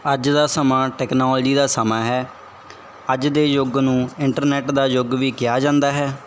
ਅੱਜ ਦਾ ਸਮਾਂ ਟੈਕਨੋਲਜੀ ਦਾ ਸਮਾਂ ਹੈ ਅੱਜ ਦੇ ਯੁੱਗ ਨੂੰ ਇੰਟਰਨੈਟ ਦਾ ਯੁੱਗ ਵੀ ਕਿਹਾ ਜਾਂਦਾ ਹੈ